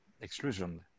exclusion